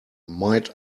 might